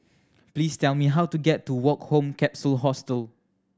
please tell me how to get to Woke Home Capsule Hostel